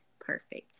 Perfect